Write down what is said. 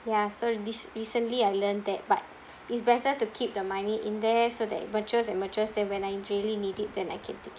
ya so rec~ recently I learned that but it's better to keep the money in there so that it matures and matures they when I really need it then I can take it